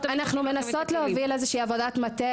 תמיד -- אנחנו מנסות להוביל איזו שהיא עבודת מטה,